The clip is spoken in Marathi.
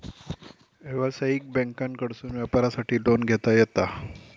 व्यवसायिक बँकांकडसून व्यापारासाठी लोन घेता येता